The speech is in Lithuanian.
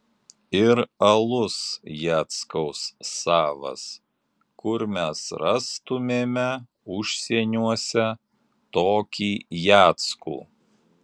ir alus jackaus savas kur mes rastumėme užsieniuose tokį jackų